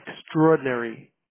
extraordinary